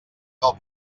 del